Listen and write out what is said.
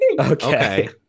okay